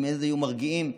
אז הם היו מרגיעים,